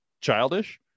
Childish